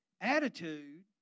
attitude